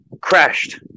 crashed